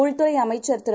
உள்துறைஅமைச்சர்திரு